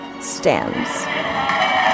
stands